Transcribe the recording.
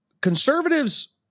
conservatives